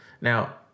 Now